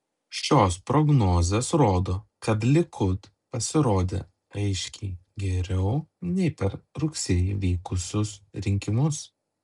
šios prognozės rodo kad likud pasirodė aiškiai geriau nei per rugsėjį vykusius rinkimus